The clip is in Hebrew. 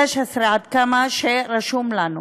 16, לפי מה שרשום לנו.